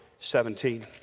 17